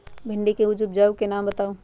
भिंडी के उच्च उपजाऊ बीज के नाम बताऊ?